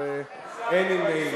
התשע"ב 2012,